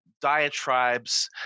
diatribes